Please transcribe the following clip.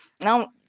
Now